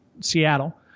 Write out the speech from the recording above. Seattle